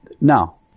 Now